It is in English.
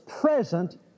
present